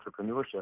entrepreneurship